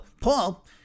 Paul